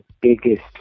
biggest